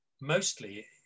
mostly